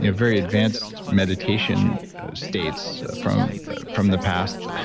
ah very advanced meditation states from from the past,